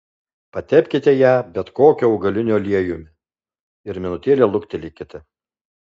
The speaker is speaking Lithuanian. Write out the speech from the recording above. patepkite ją bet kokiu augaliniu aliejumi ir minutę luktelėkite